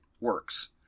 works